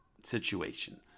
situation